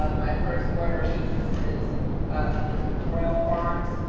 um my first order of business is the royal farms,